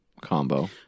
combo